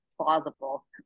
plausible